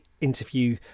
interview